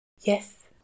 Yes